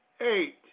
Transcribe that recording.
eight